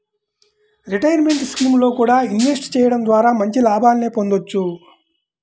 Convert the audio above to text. retirement స్కీముల్లో కూడా invest చెయ్యడం ద్వారా మంచి లాభాలనే పొందొచ్చు